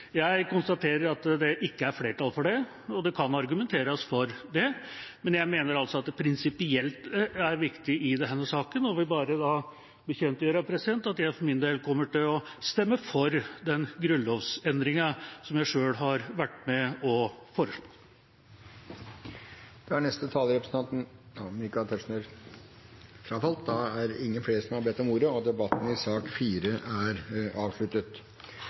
Jeg konstaterer at det ikke er flertall for det, og det kan argumenteres for det. Jeg mener det prinsipielle er viktig i denne saken, og vil bare bekjentgjøre at jeg for min del kommer til å stemme for den grunnlovsendringen som jeg selv har vært med på å foreslå. Flere har ikke bedt om ordet til sak nr. 4. Jeg viser til forslaget fra Anders Anundsen, Ulf Erik Knudsen og Øyvind Vaksdal om endringer av Grunnloven § 57 . Komiteen har delt seg i